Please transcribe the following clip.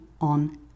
on